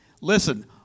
Listen